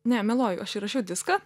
ne meluoju aš įrašiau diską